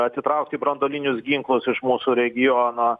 atitraukti branduolinius ginklus iš mūsų regiono